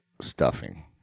stuffing